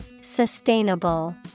Sustainable